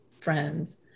friends